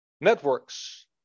Networks